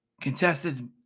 contested